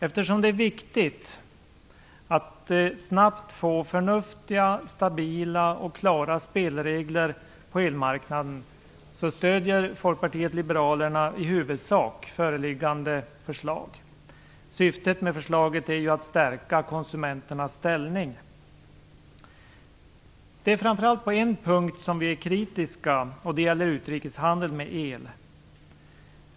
Eftersom det är viktigt att snabbt få förnuftiga, stabila och klara spelregler på elmarknaden stöder Folkpartiet liberalerna i huvudsak föreliggande förslag. Syftet med förslaget är ju att stärka konsumenternas ställning. Det är framför allt på en punkt som vi är kritiska. Det gäller utrikeshandel med el.